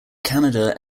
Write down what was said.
canada